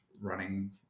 running